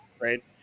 Right